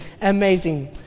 Amazing